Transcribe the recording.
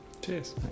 Cheers